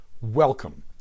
Welcome